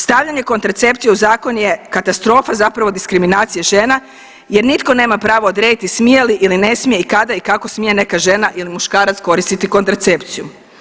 Stavljanje kontracepcije u zakon je katastrofa zapravo diskriminacija žena jer nitko nema pravo odrediti smije li ili ne smije i kada i kako smije neka žena ili muškarac koristiti kontracepciju.